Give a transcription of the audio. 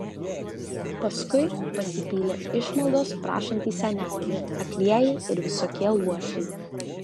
paskui pasipylė išmaldos prašantys seneliai aklieji ir visokie luošiai